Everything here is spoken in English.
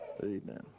amen